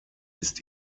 ist